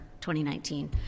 2019